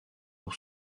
pour